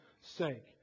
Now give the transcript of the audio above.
sake